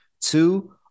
two